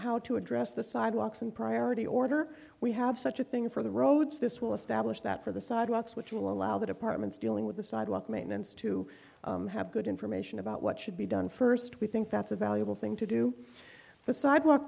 how to address the sidewalks and priority order we have such a thing for the roads this will establish that for the sidewalks which will allow the departments dealing with the sidewalk maintenance to have good information about what should be done first we think that's a valuable thing to do the sidewalk